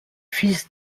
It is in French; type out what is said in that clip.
fils